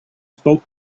spoke